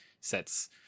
sets